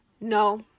No